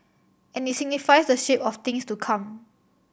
and it signifies the shape of things to come